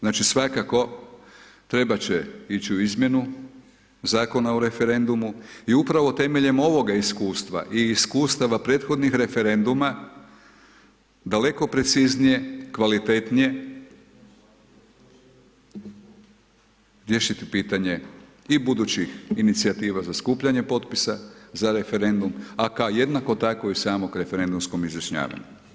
Znači, svakako, trebat će ići u izmjenu Zakona o referendumu i upravo temeljem ovoga iskustva i iskustava prethodnih referenduma, daleko preciznije, kvalitetnije, riješiti pitanje i budućih inicijativa za skupljanje potpisa, za referendum, a kao jednako tako i samog referendumskom izjašnjavanju.